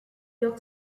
york